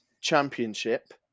Championship